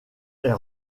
est